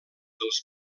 dels